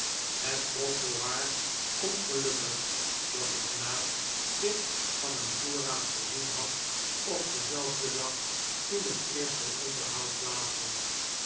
het trof voorwaar ongelukkig dat de knaap zich van een voorraad voorzien had op denzelfden dag toen het eerste onderhoud plaats had